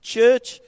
Church